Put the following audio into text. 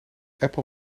apple